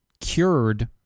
cured